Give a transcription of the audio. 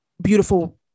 beautiful